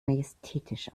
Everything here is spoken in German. majestätisch